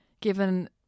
given